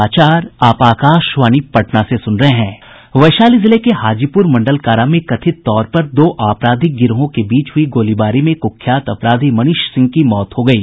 वैशाली जिले के हाजीपुर मंडल कारा में कथित तौर पर दो आपराधिक गिरोहों के बीच हई गोलीबारी में कूख्यात अपराधी मनीष सिंह की मौत हो गयी